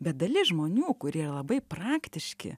bet dalis žmonių kurie labai praktiški